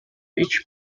each